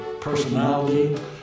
personality